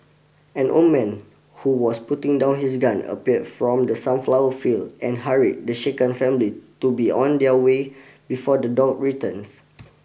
an old man who was putting down his gun appeared from the sunflower field and hurried the shaken family to be on their way before the dog returns